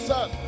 Son